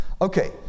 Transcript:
okay